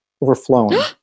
Overflowing